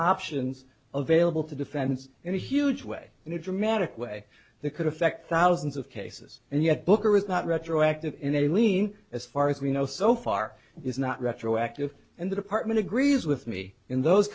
options available to defense in huge way in a dramatic way that could affect thousands of cases and yet booker is not retroactive in a lean as far as we know so far is not retroactive and the department agrees with me in those